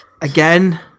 again